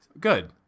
good